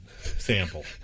sample